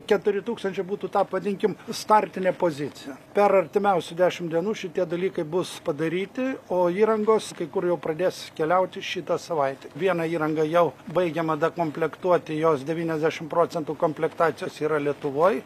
keturi tūkstančiai būtų tą pavadinkim startinė pozicija per artimiausių dešimt dienų šitie dalykai bus padaryti o įrangos kai kur jau pradės keliauti šitą savaitę vieną įrangą jau baigiama dar komplektuoti jos devyniasdešimt procentų komplektacijos yra lietuvoj